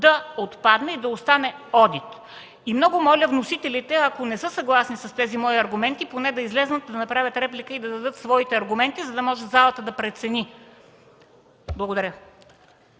да отпадне и да остане „одит”. Много моля вносителите, ако не са съгласни с тези мои аргументи, поне да излязат да направят реплика, да дадат своите аргументи, за да може залата да прецени. Благодаря.